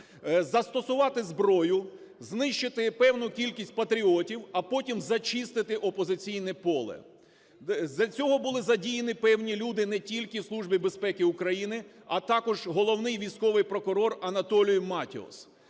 застосувати зброю, знищити певну кількість патріотів, а потім зачистити опозиційне поле. Для цього були задіяні певні люди не тільки в Службі безпеки України, а також Головний військовий прокурор Анатолій Матіос.